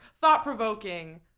thought-provoking